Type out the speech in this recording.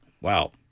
Wow